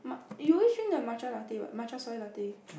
ma~ you always drink the matcha latte what the matcha soy latte